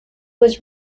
was